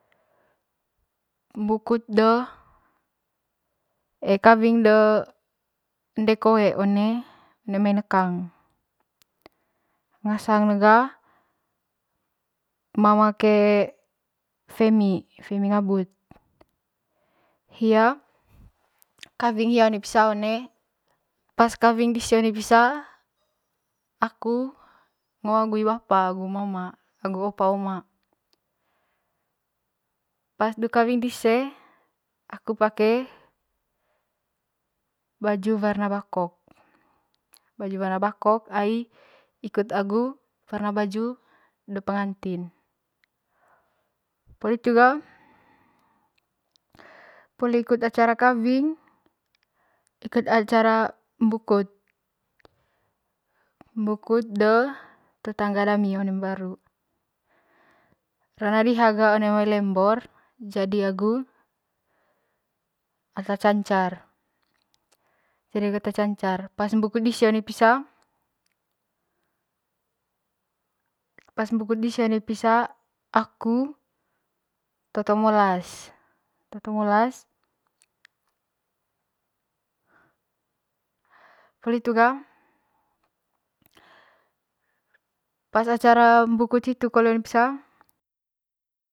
Mbukut de kawing de ende koe one mai nekang ngasngn ga mama ke femi, femi ngabut hia kawing hia one pisa one, pas kawing dise one pisa aku ngo agu hi bapa agu hi mama agu opa oma pas du kawing dise aku pake baju warna bakok baju warna bakok ai ikut agu warna baju de pengantin poli hitu ga poli ikut acara kawing ikut acara mbukut mbukut de tetangga dami one mbaru rona diha ga one mai lembor jadi agu ata cancar jadi agu ata cancar pas mbukut dise one pisa pas mbukut dise one pisa aku toto molas toto molas poli hitu ga pas acara mbukut hiitu kole one pisa.